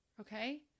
okay